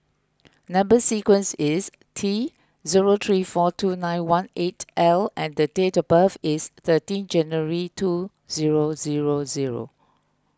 Number Sequence is T zero three four two nine one eight L and date of birth is thirteen January two zero zero zero